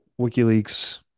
WikiLeaks